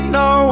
no